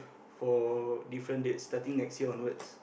for different dates starting next year onwards